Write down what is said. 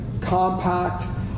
compact